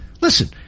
Listen